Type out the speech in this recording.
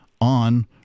on